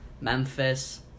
Memphis